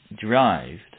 derived